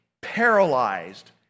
paralyzed